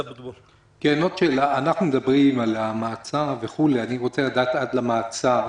אנחנו מדברים על המעצר, אני רוצה לדעת עד למעצר.